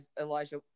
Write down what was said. Elijah